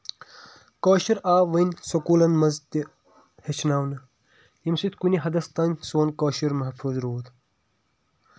کٲشُر آو ؤنۍ سکوٗلَن منٛز تہٕ ہٮ۪چھناؤنہٕ ییٚمہِ سۭتۍ کُنہِ حَدس تام سون کٲشُر محفوظ روٗد